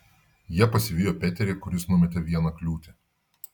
jie pasivijo peterį kuris numetė vieną kliūtį